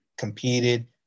Competed